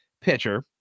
pitcher